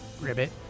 Ribbit